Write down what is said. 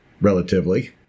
relatively